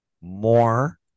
more